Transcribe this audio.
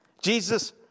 Jesus